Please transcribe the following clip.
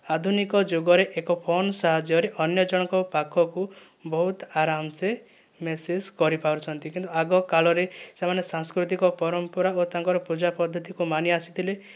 ଆଧୁନିକ ଯୁଗରେ ଏକ ଫୋନ ସାହାଯ୍ୟରେ ଅନ୍ୟଜଣଙ୍କ ପାଖକୁ ବହୁତ ଆରାମ ସେ ମେସେଜ୍ କରିପାରୁଛନ୍ତି କିନ୍ତୁ ଆଗକାଳରେ ସେମାନେ ସାଂସ୍କୃତିକ ପରମ୍ପରା ଓ ତାଙ୍କର ପୂଜା ପଦ୍ଧତି କୁ ମାନିଆସୁଥିଲେ